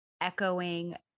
echoing